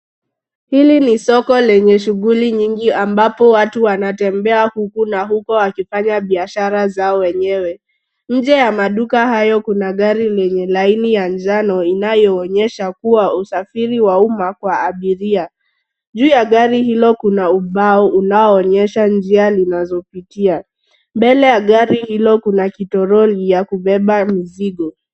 Hili ni soko lenye shughuli nyingi ambapo watu wanatembea huku na huku wakifanya biashara zao wenyewe. Nje ya maduka hayo kuna gari lenye laini ya njano inayoonyesha kuwa usafiri wa umma kwa abiria. Juu ya gari hilo kuna ubao unaoonyesha njia linazopitia. Mbele ya gari hilo kuna kitoroli ya kubeba mizigo.